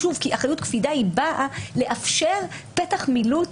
אחריות קפידה באה לאפשר פתח מילוט